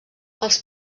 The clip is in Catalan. els